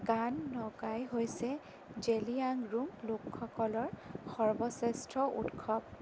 গান নকাই হৈছে জেলিয়াংৰোং লোকসকলৰ সৰ্বশ্ৰেষ্ঠ উৎসৱ